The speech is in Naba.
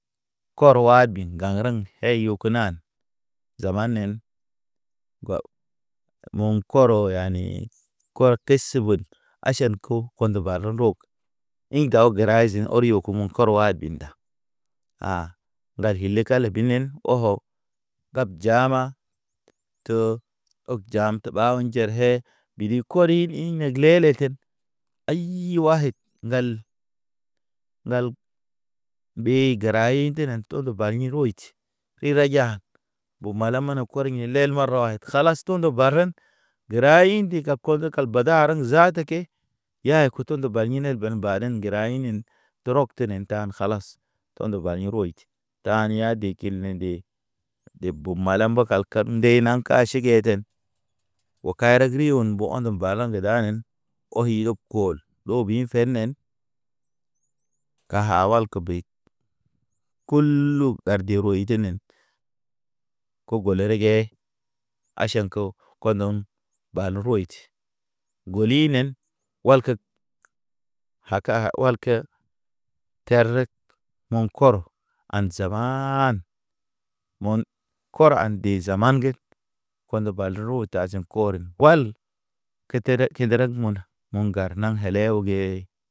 Kor wabid gaŋreŋ ɛ yokenan, gamanen gɔg moŋ koro yani kɔr tese vəd. Aʃan ko kondo varo rog, in gaw gəray zi oryo kumu kɔr way binda. ŋgar hile kale binin oko, gab jama to og jam tə ɓaw njer he. Ɓiri kɔri ḭ leg lele ten ayy wayed ŋgal-ŋgal, ɓee gəra ḭ tə nen to do bani rotʃ. Ɓe ra ja ɓo mala mana kɔr in lel marwayd, kalas tundo baren. Gəra indi ka kozo ka bada hareŋ zata ke, yaya kutondo ba hine bel baden g;era inen, dɔrɔg tenen ta kalas. Tondo ba yḭ roj, tani ya de kil ne de bo malam ba kalka kab nde naŋ ka ʃigeten. O kayereg ri un mbo ondum ba, balaŋ ɗanen oyi rokol ɗobi fednen. Gaha wal ke bey, kuulu gar de rɔy tenen, kogo rege aʃan ko kɔndɔn ban royt. Golinen walkek, hakahə uwal ke terek mɔŋ kɔr. An zamaan mon kɔr an de zaman ge, kondo bal ro tazim kor, guwal. Kete dag kinda rag monə mu ŋgar naŋ hele o gee.